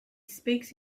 speaks